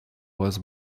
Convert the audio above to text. вас